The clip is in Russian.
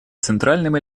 центральным